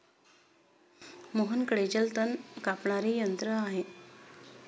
मोहनकडे जलतण कापणारे यंत्र आहे